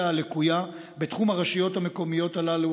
הלקויה בתחום הרשויות המקומיות הללו,